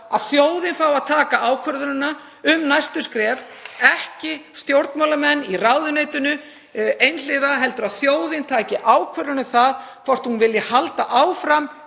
að þjóðin fái að taka ákvörðunina um næstu skref, ekki stjórnmálamenn í ráðuneytinu einhliða heldur að þjóðin taki ákvörðun um það hvort hún vilji halda áfram